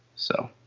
so.